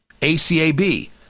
ACAB